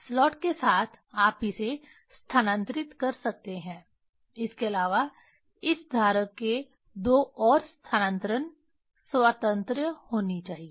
slot के साथ आप इसे स्थानांतरित कर सकते हैं इसके अलावा इस धारक के दो और स्थानांतरण स्वातंत्र्य होनी चाहिए